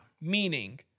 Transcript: Meaning